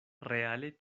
reale